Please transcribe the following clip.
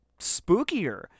spookier